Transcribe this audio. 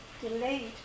delayed